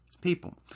people